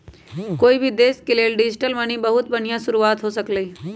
कोई भी देश के लेल डिजिटल मनी बहुत बनिहा शुरुआत हो सकलई ह